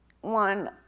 one